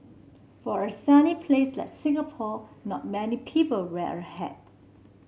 for a sunny place like Singapore not many people wear a hat